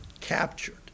captured